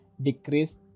Decrease